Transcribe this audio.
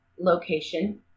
location